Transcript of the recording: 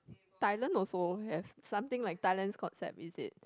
Thailand also have something like Thailand's concept is it